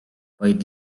vaid